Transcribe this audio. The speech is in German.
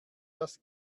das